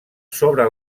sobre